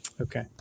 Okay